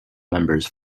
members